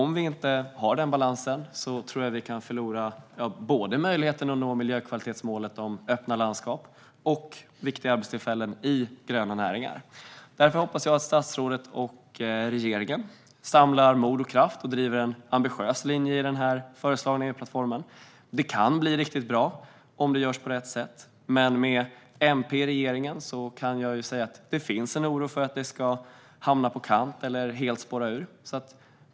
Om vi inte har den balansen tror jag att vi kan förlora både möjligheten att nå miljökvalitetsmålet om öppna landskap och viktiga arbetstillfällen i gröna näringar. Därför hoppas jag att statsrådet och regeringen samlar mod och kraft att driva en ambitiös linje i den föreslagna EU-plattformen. Det kan bli riktigt bra om det görs på rätt sätt. Men med MP i regeringen finns det en oro för att det ska hamna på kant eller helt spåra ur.